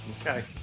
okay